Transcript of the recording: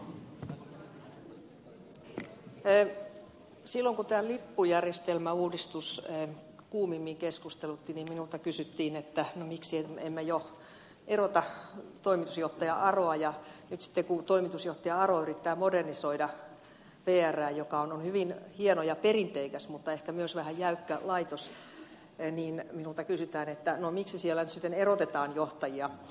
silloin kun tämä lippujärjestelmäuudistus kuumimmin keskustelutti minulta kysyttiin että no miksi emme jo erota toimitusjohtaja aroa ja nyt sitten kun toimitusjohtaja aro yrittää modernisoida vrää joka on hyvin hieno ja perinteikäs mutta ehkä myös vähän jäykkä laitos minulta kysytään että no miksi siellä nyt sitten erotetaan johtajia